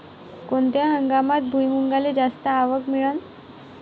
कोनत्या हंगामात भुईमुंगाले जास्त आवक मिळन?